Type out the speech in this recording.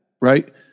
right